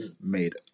made